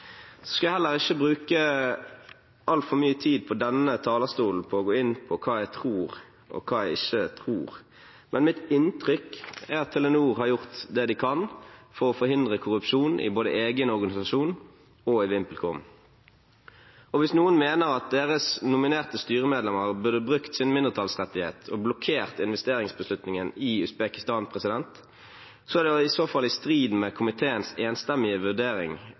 skal jeg heller ikke bruke altfor mye tid fra denne talerstolen på å gå inn på hva jeg tror, og hva jeg ikke tror, men mitt inntrykk er at Telenor har gjort det de kan for å forhindre korrupsjon både i egen organisasjon og i VimpelCom. Hvis noen mener at deres nominerte styremedlemmer burde brukt sin mindretallsrettighet og blokkert investeringsbeslutningen i Usbekistan, er det i så fall i strid med komiteens enstemmige vurdering